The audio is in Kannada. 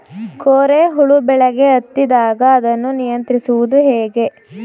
ಕೋರೆ ಹುಳು ಬೆಳೆಗೆ ಹತ್ತಿದಾಗ ಅದನ್ನು ನಿಯಂತ್ರಿಸುವುದು ಹೇಗೆ?